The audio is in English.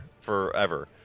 forever